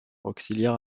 auxiliaire